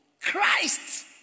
Christ